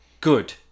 good